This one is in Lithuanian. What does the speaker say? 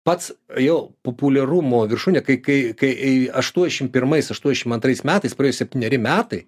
pats jo populiarumo viršūnę kai kai kai aštuoniasdešim pirmais aštuoniasdešim antrais metais praėjo septyneri metai